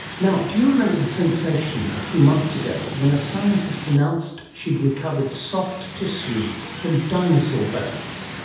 now do you remember the sensation a few months ago when a scientist announced she'd recovered soft tissue from dinosaur bones?